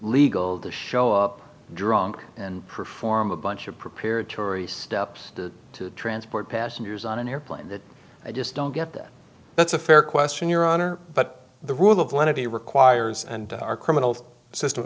legal to show up drunk and perform a bunch of prepared tory steps to transport passengers on an airplane that i just don't get that that's a fair question your honor but the rule of lenity requires and our criminal system